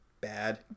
Bad